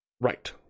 Right